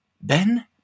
Ben